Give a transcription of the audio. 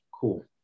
cool